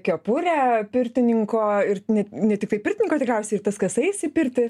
kepurę pirtininko ir ne tiktai pirtininko tikriausiai ir tas kas eis į pirtį